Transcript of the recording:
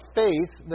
faith